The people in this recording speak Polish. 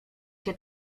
się